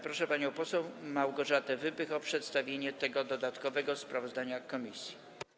Proszę panią poseł Małgorzatę Wypych o przedstawienie dodatkowego sprawozdania komisji.